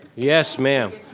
yes, ma'am.